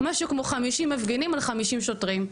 משהו כמו חמישים מפגינים על חמישים שוטרים.